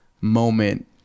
moment